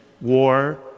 war